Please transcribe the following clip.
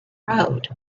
road